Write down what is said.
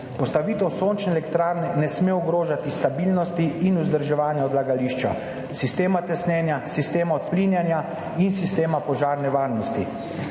Postavitev sončne elektrarne ne sme ogrožati stabilnosti in vzdrževanja odlagališča, sistema tesnjenja, sistema odplinjanja in sistema požarne varnosti.